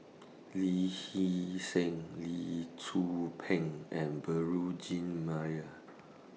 Lee Hee Seng Lee Tzu Pheng and Beurel Jean Marie